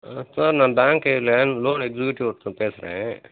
hello sir நான் பேங்க்கில loan executive ஒருத்தன் பேசுகிறேன்